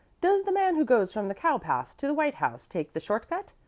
does the man who goes from the towpath to the white house take the short cut?